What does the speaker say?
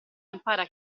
impara